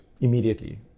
immediately